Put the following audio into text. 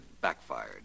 backfired